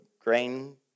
grain